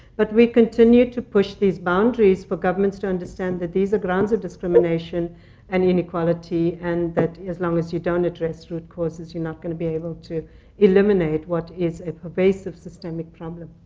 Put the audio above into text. but we continue to push these boundaries for governments to understand that these are grounds of discrimination and inequality, and that as long as you don't address root causes, you're not going to be able to eliminate what is a pervasive systemic problem.